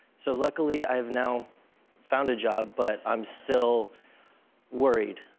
so luckily i've now found a job but i'm still worried.